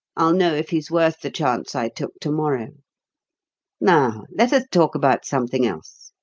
i'll know if he's worth the chance i took to-morrow. now let us talk about something else.